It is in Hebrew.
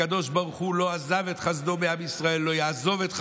הקדוש ברוך הוא לא עזב את חסדו ועם ישראל לא יעזוב את חסדו.